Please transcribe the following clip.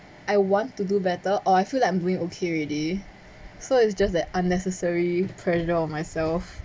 I want to do better or I feel like I'm doing okay already so it's just the unnecessary pressure on myself